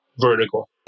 vertical